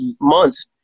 months